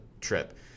trip